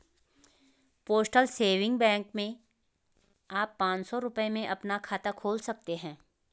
postal saving bank में आप पांच सौ रूपये में अपना खाता खोल सकते हैं